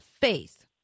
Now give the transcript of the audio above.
faith